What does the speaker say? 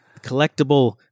collectible